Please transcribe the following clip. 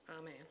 Amen